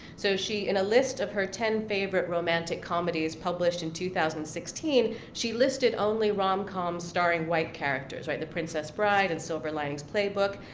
so she, in a list of her ten favorite romantic comedies published in two thousand and sixteen, she listed only rom coms starring white characters, right? the princess bride, and silver linings playbook,